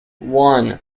one